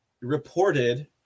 reported